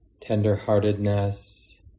tender-heartedness